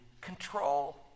control